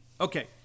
Okay